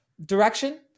direction